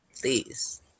please